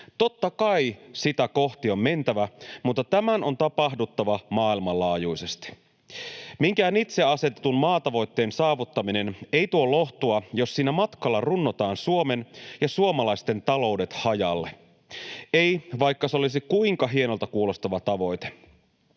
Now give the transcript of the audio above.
Totta kai sitä kohti on mentävä, mutta tämän on tapahduttava maailmanlaajuisesti. Minkään itse asetetun maatavoitteen saavuttaminen ei tuo lohtua, jos siinä matkalla runnotaan Suomen ja suomalaisten taloudet hajalle — ei, vaikka se olisi kuinka hienolta kuulostava tavoite.